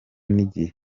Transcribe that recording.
n’igihe